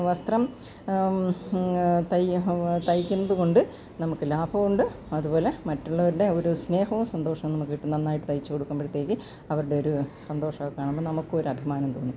വസ്ത്രം തയ് തയിക്കുന്നത് കൊണ്ട് നമുക്ക് ലാഭമുണ്ട് അത്പോലെ മറ്റുള്ളവര്ടെ ഒര് സ്നേഹവും സന്തോഷവും നമ്ക്ക് കിട്ടും നന്നായ്ട്ട് തയ്ച്ച് കൊടുക്കുമ്പഴ്ത്തേക്ക് അവർടെയൊരു സന്തോഷൊക്കെ കാണുമ്പോൾ നമുക്ക് ഒരു അഭിമാനവും തോന്നും